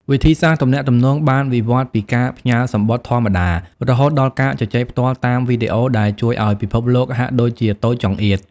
វិធីសាស្ត្រទំនាក់ទំនងបានវិវត្តពីការផ្ញើសំបុត្រធម្មតា រហូតដល់ការជជែកផ្ទាល់តាមវីដេអូ ដែលជួយឱ្យពិភពលោកហាក់ដូចជាតូចចង្អៀត។